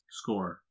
score